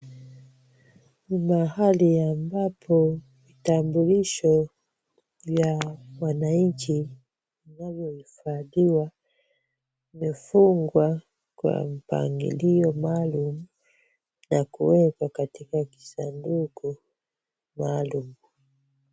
Mahali ambapo vitambulisho vya wananchi ambapo huhifadhiwa, zimefungwa kwa mpangilio maalum, na kuwekwa katika kisanduku maalum.